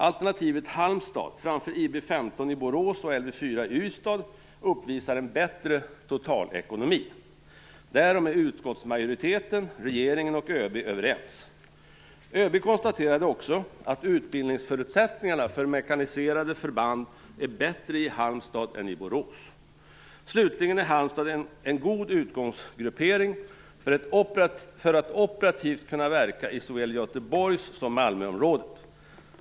Alternativet Halmstad framför IB 15 i Borås och Lv 4 i Ystad uppvisar en bättre totalekonomi. Därom är utskottsmajoriteten, regeringen och ÖB överens. ÖB konstaterade också att utbildningsförutsättningarna för mekaniserade förband är bättre i Halmstad än i Borås. Slutligen är Halmstad en god utgångsgruppering för att operativt kunna verka i såväl Göteborgs som Malmöområdet.